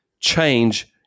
change